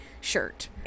shirt